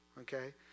okay